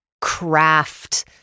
craft